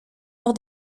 lors